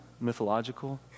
mythological